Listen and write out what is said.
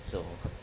so